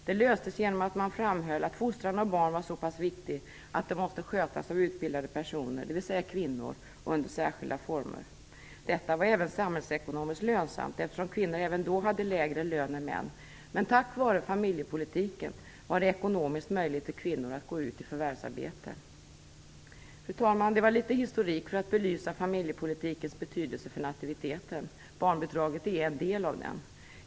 Den löstes genom att framhålla att fostran av barn var så pass viktig att den måste skötas av utbildade personer, dvs. av kvinnor och under särskilda former. Detta var även samhällsekonomiskt lönsamt, eftersom kvinnor även då hade lägre löner än män. Men tack vare familjepolitiken var det ekonomiskt möjligt för kvinnor att gå ut i förvärvsarbete. Fru talman! Detta var litet historik för att belysa familjepolitikens betydelse för nativiteten. Barnbidraget är en del av den.